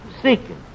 Seeking